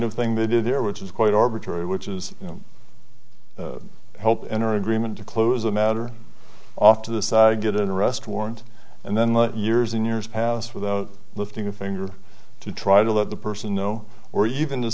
of thing they do there which is quite arbitrary which is you know help in our agreement to close the matter off to the side get an arrest warrant and then light years in years past without lifting a finger to try to let the person know or even t